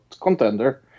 contender